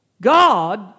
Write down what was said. God